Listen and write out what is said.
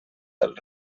del